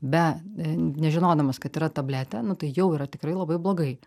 be n nežinodamas kad yra tabletė nu tai jau yra tikrai labai blogai